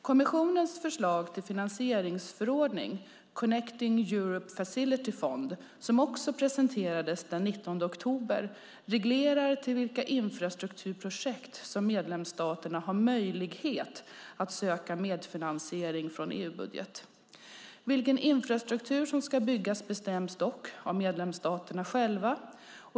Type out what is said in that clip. Kommissionens förslag till finansieringsförordning för fonden Connecting Europe Facility, som också presenterades den 19 oktober, reglerar vilka infrastrukturprojekt som medlemsstaterna har möjlighet att söka medfinansiering till från EU-budgeten. Vilken infrastruktur som ska byggas bestäms dock av medlemsstaterna själva.